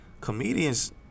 comedians